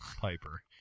Piper